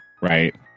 right